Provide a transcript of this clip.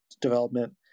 development